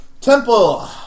Temple